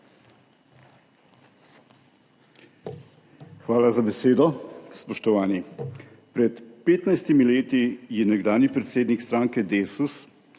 Hvala za besedo. Spoštovani! Pred 15 leti je nekdanji predsednik stranke DeSUS